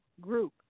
group